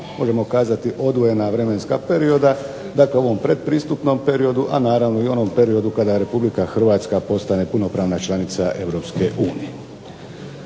možemo kazati odvojena vremenska perioda. Dakle, u ovom predpristupnom periodu, a naravno i u onom periodu kada Republika Hrvatska postane punopravna članica